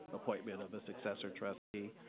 appointment of a successor trustee.